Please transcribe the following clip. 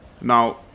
Now